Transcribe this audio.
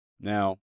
Now